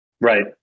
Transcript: Right